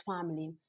family